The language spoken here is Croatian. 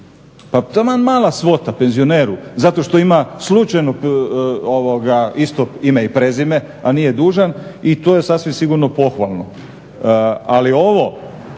pa taman mala svota, penzioneru zato što ima slučajno isto ime i prezime a nije dužan i to je sasvim sigurno pohvalno. Ali ovo